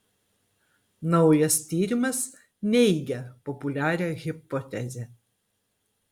naujas tyrimas neigia populiarią hipotezę